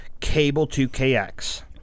Cable2KX